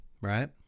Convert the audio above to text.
Right